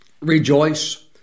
rejoice